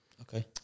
okay